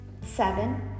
seven